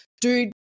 dude